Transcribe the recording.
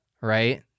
Right